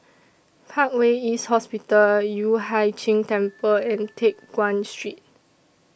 Parkway East Hospital Yueh Hai Ching Temple and Teck Guan Street